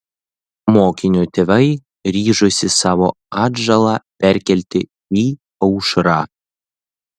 mokinio tėvai ryžosi savo atžalą perkelti į aušrą